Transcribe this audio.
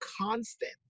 constant